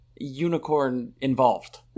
unicorn-involved